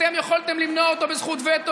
אתם יכולתם למנוע אותו בזכות וטו.